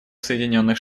соединенных